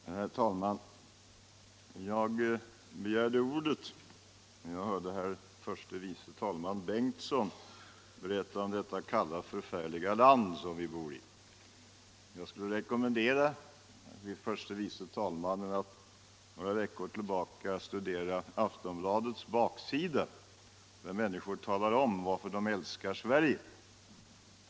Herr talman! Jag begärde ordet när jag hörde herr förste vice talmannen Bengtson berätta om detta kalla, förfärliga land som vi bor i. Jag skulle vilja rekommendera herr förste vice talmannen att studera Aftonbladets baksida några veckor tillbaka i tiden. Där talar människor om varför de älskar Sverige.